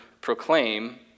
proclaim